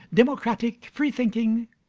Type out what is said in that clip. democratic, free-thinking,